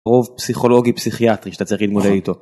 רוב פסיכולוגי-פסיכיאטרי שאתה צריך להתמודד איתו.